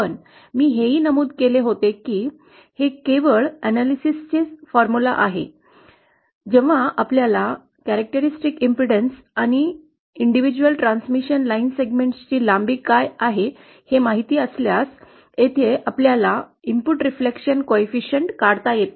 पण मी हेही नमूद केले होते की हे केवळ विश्लेषणाचे सूत्र आहे जेव्हा आपल्याला वैशिष्ट्यपूर्ण अडथळा आणि वैयक्तिक ट्रान्समिशन लाईन सेगमेंट्स ची लांबी काय आहे हे माहिती असल्यास येथे आपल्याला इनपुट परावर्तन गुणांक काढता येतो